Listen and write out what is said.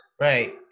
Right